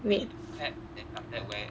wait